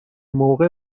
موقع